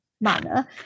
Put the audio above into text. manner